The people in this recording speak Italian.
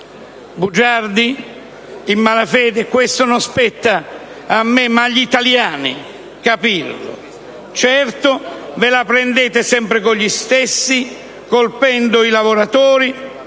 Bugiardi, in malafede? Questo non spetta a me ma agli italiani capirlo. Certo, ve la prendete sempre con gli stessi colpendo i lavoratori,